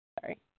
Sorry